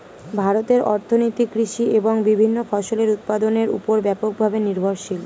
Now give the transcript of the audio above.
ভারতের অর্থনীতি কৃষি এবং বিভিন্ন ফসলের উৎপাদনের উপর ব্যাপকভাবে নির্ভরশীল